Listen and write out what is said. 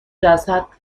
جسد